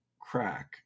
crack